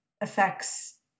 affects